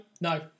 no